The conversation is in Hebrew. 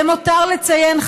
למותר לציין,